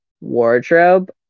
wardrobe